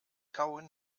kauen